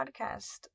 podcast